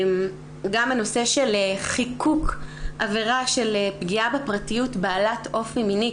גם הנושא של חיקוק עבירה של פגיעה בפרטיות בעלת אופי מיני,